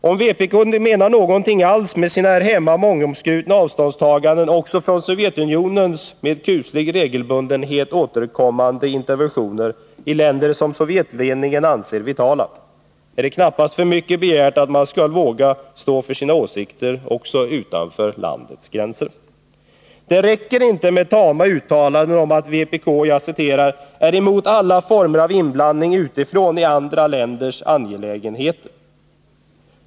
Om vpk menar någonting alls med sina här hemma mångomskrutna avståndstaganden också från Sovjetunionens med kuslig regelbundenhet återkommande interventioner i länder som Sovjetledningen anser vitala, är det knappast för mycket begärt att man skall våga stå för sina åsikter också utanför landets gränser. Det räcker inte med tama uttalanden om att vpk ”är emot alla former av inblandning utifrån i andra länders angelägenheter”.